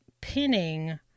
pinning